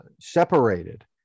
separated